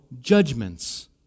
judgments